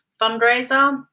fundraiser